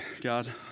God